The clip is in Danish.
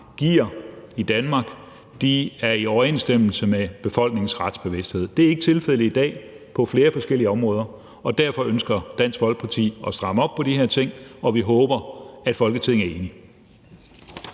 giver i Danmark, er i overensstemmelse med befolkningens retsbevidsthed. Det er ikke tilfældet i dag på flere forskellige områder, og derfor ønsker Dansk Folkeparti at stramme op på de her ting, og vi håber, at Folketinget er enige.